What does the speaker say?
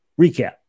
Recap